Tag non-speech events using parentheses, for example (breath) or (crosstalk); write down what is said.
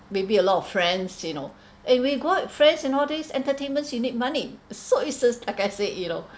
maybe a lot friends you know and we go out with friends and these entertainments you need money so it's uh like I said you know (breath)